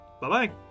bye-bye